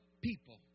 people